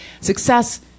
Success